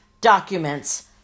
documents